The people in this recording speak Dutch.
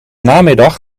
namiddag